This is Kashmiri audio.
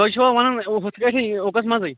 تُہۍ چھِوا ونَن ہُتھٕ پٲٹھی اوٚکَس منٛزٕے